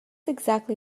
exactly